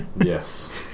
Yes